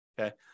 okay